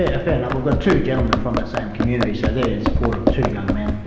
ah a fair number. but two gentlemen from that same community, so they're in support of two young men.